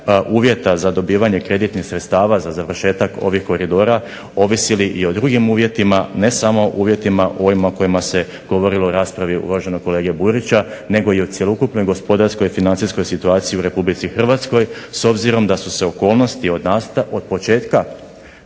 uvjeta za dobivanje kreditnih sredstava za završetak ovih koridora ovisili i o drugim uvjetima, ne samo uvjetima ovima o kojima se govorilo u raspravi uvaženog kolege Burića, nego i o cjelokupnoj gospodarskoj, financijskoj situaciji u Republici Hrvatskoj. S obzirom da su se okolnosti od početka